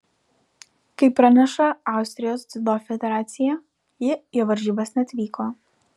kaip praneša austrijos dziudo federacija ji į varžybas neatvyko